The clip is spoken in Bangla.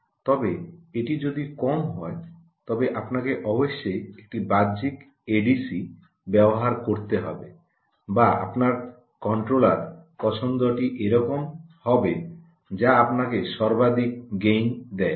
তবে এটি যদি কম হয় তবে আপনাকে অবশ্যই একটি বাহ্যিক এডিসি ব্যবহার করতে হবে বা আপনার কন্ট্রোলার পছন্দটি এরকম হবে যা আপনাকে সর্বাধিক গেইন দেয়